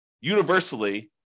universally